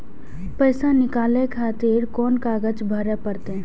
पैसा नीकाले खातिर कोन कागज भरे परतें?